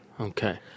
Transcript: Okay